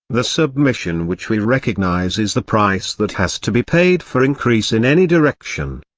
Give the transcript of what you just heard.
the submission which we recognise is the price that has to be paid for increase in any direction.